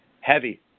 heavy